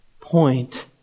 point